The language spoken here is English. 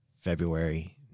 February